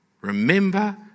remember